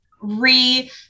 re